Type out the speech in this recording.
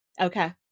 Okay